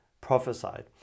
prophesied